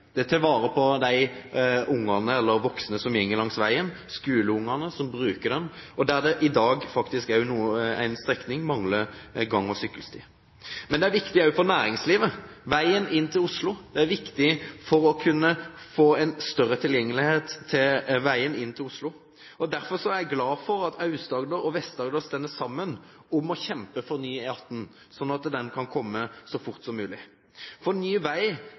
som mangler gang- og sykkelsti. Men det er også viktig for næringslivet – veien inn til Oslo. Det er viktig for å kunne få større tilgjengelighet til Oslo. Jeg er glad for at Aust-Agder og Vest-Agder står sammen om å kjempe for ny E18, for at den kan komme så fort som mulig. For ny vei